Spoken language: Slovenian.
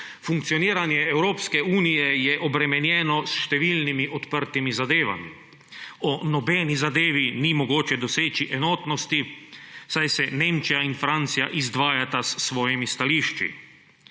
Funkcioniranje Evropske unije je obremenjeno s številnimi odprtimi zadevami. O nobeni zadevi ni mogoče doseči enotnosti, saj se Nemčija in Francija izdvajata s svojimi stališči.